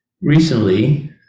Recently